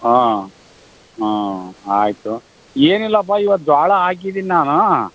ಹಾಂ ಹಾಂ ಆಯಿತು ಏನಿಲ್ಲಪ್ಪ ಇವತ್ತು ಜೋಳ ಹಾಕಿದೀನಿ ನಾನು